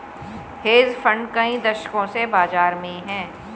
hedge fund कई दशकों से बाज़ार में हैं